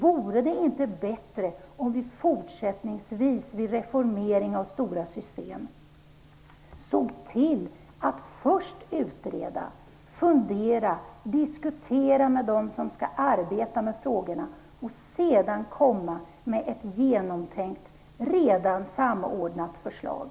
Vore det inte bättre om vi fortsättningsvis vid en reformering av stora system såg till att först utreda, fundera och diskutera med dem som skall arbeta med frågorna och sedan komma med ett genomtänkt redan samordnat förslag?